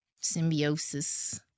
symbiosis